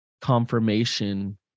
confirmation